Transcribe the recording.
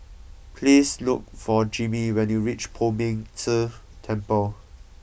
please look for Jimmy when you reach Poh Ming Tse Temple